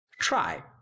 Try